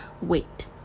Wait